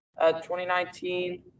2019